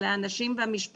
אלא על הנשים המשפחות